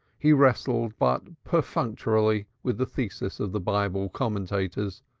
he wrestled but perfunctorily with the theses of the bible commentators,